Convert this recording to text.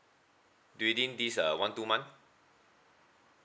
within this uh one two month